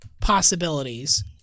possibilities